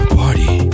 party